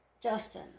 Justin